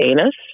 anus